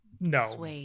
no